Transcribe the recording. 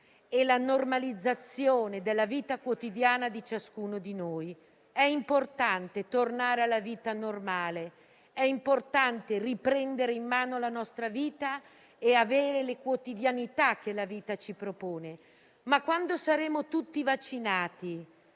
e la normalizzazione della vita quotidiana di ciascuno di noi: è importante tornare alla vita normale, è importante riprendere in mano la nostra vita e avere le quotidianità che la vita ci propone. Ma quando saremo tutti vaccinati,